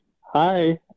Hi